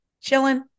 chilling